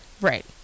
Right